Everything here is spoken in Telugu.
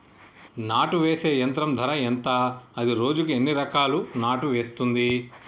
నాటు వేసే యంత్రం ధర ఎంత? అది రోజుకు ఎన్ని ఎకరాలు నాటు వేస్తుంది?